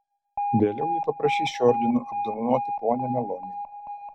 vėliau ji prašys šiuo ordinu apdovanoti ponią meloni